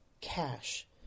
cash